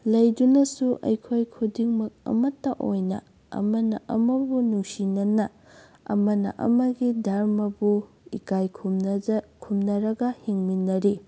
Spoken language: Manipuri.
ꯂꯩꯗꯨꯅꯁꯨ ꯑꯩꯈꯣꯏ ꯈꯨꯗꯤꯡꯃꯛ ꯑꯃꯠꯇ ꯑꯣꯏꯅ ꯑꯃꯅ ꯑꯃꯕꯨ ꯅꯨꯡꯁꯤꯅꯅ ꯑꯃꯅ ꯑꯃꯒꯤ ꯙꯔꯃꯕꯨ ꯏꯀꯥꯏ ꯈꯨꯝꯅꯔꯒ ꯍꯤꯡꯃꯤꯟꯅꯔꯤ